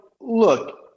look